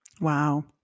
Wow